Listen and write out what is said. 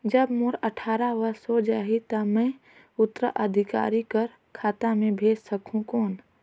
जब मोर अट्ठारह वर्ष हो जाहि ता मैं उत्तराधिकारी कर खाता मे भेज सकहुं कौन?